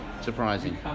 Surprising